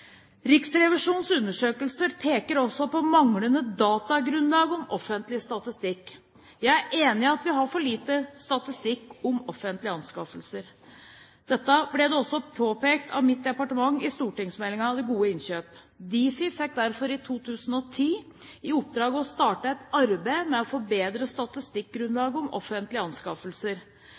Riksrevisjonens undersøkelser peker også på manglende datagrunnlag om offentlige anskaffelser. Jeg er enig i at vi har for lite statistikk om offentlige anskaffelser. Dette ble også påpekt av mitt departement i stortingsmeldingen Det gode innkjøp. Difi fikk derfor i 2010 i oppdrag å starte et arbeid med å forbedre statistikkgrunnlaget om offentlige anskaffelser.